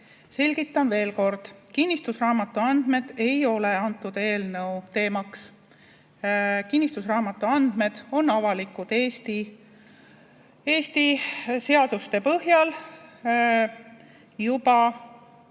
Selgitan veel kord: kinnistusraamatu andmed ei ole antud eelnõu teemaks. Kinnistusraamatu andmed on Eesti seaduste põhjal